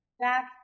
back